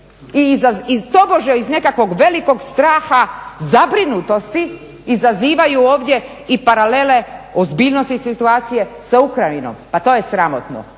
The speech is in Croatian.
I tobože iz nekakvog velikog straha zabrinutosti izazivaju ovdje i paralele ozbiljnosti situacije sa Ukrajinom. Pa to je sramotno!